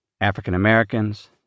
African-Americans